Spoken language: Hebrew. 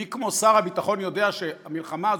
מי כמו שר הביטחון יודע שהמלחמה הזאת,